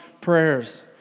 prayers